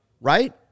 right